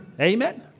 Amen